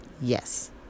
Yes